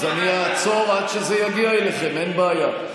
אז אני אעצור עד שזה יגיע אליכם, אין בעיה.